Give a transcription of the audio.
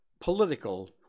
political